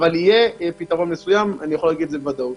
אבל יהיה פתרון מסוים אני אומר זאת בוודאות.